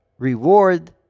Reward